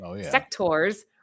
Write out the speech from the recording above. sectors